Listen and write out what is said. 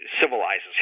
Civilizes